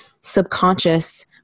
subconscious